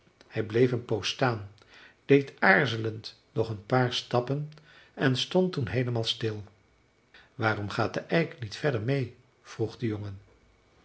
hij bleef een poos staan deed aarzelend nog een paar stappen en stond toen heelemaal stil waarom gaat de eik niet verder meê vroeg de jongen